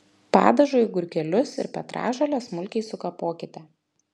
padažui agurkėlius ir petražoles smulkiai sukapokite